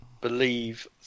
believe